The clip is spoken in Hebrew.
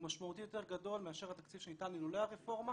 משמעותית יותר גדול מאשר התקציב שניתן אילולא הרפורמה.